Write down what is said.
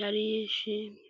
yari yishimye.